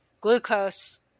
glucose